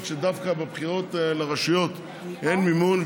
שדווקא בבחירות לרשויות אין מימון,